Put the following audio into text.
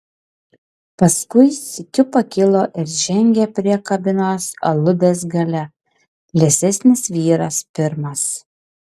paskui sykiu pakilo ir žengė prie kabinos aludės gale liesesnis vyras pirmas